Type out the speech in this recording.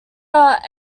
are